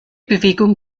bewegung